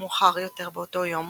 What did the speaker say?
מאוחר יותר באותו היום